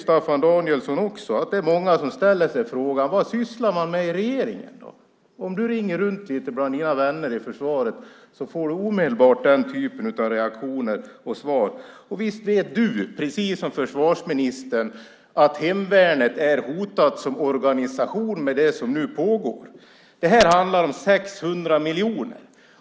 Staffan Danielsson vet också att det är många som ställer sig frågan: Vad sysslar man med i regeringen? Om du ringer runt lite till dina vänner i försvaret får du omedelbart den typen av reaktioner. Och visst vet du, precis som försvarsministern, att hemvärnet är hotat som organisation med det som nu pågår. Det här handlar om 600 miljoner.